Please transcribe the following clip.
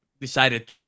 decided